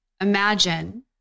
Imagine